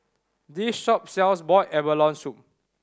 this shop sells boiled abalone soup